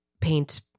paint